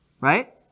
Right